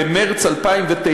במרס 2009,